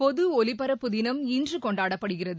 பொது ஒலிபரப்பு தினம் இன்று கொண்டாடப்படுகிறது